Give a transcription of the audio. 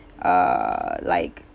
uh like